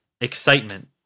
excitement